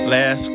last